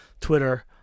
Twitter